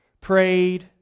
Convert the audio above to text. prayed